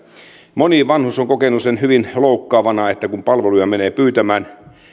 moni vanhus on kokenut sen hyvin loukkaavana että kun palveluja menee pyytämään